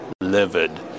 livid